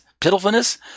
pitifulness